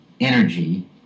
energy